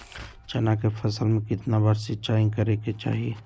चना के फसल में कितना बार सिंचाई करें के चाहि?